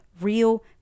real